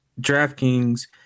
DraftKings